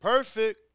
Perfect